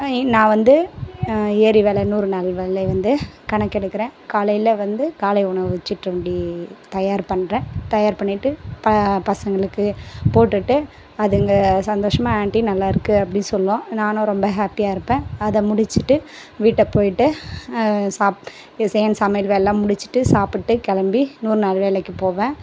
இன் நான் வந்து ஏரி வேலை நூறு நாள் வேலையை வந்து கணக்கு எடுக்கிறேன் காலையில் வந்து காலை உணவு வச்சிட்டு அப்படியே தயார் பண்ணுறேன் தயார் பண்ணிவிட்டு ப பசங்களுக்கு போட்டுவிட்டு அதுங்க சந்தோஷமாக ஆண்ட்டி நல்லா இருக்கு அப்படின்னு சொல்லும் நானும் ரொம்ப ஹேப்பியாக இருப்பேன் அதை முடிச்சிவிட்டு வீட்டை போயிவிட்டு சாப் இது சேர்ந்து சமையல் வேலைலாம் முடிச்சிவிட்டு சாப்பிட்டு கிளம்பி நூறு நாள் வேலைக்கு போவேன்